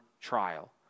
trial